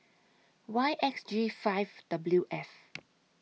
Y X G five W F